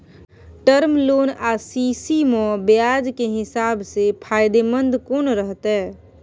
Term loan आ CC म ब्याज के हिसाब से फायदेमंद कोन रहते?